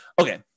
Okay